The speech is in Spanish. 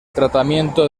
tratamiento